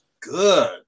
good